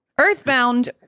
Earthbound